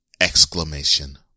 exclamation